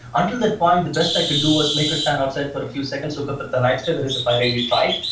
until that point, the best i could do was make her stand outside for a few seconds, look up at the night sky, that is if i really tried.